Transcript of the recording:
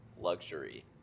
luxury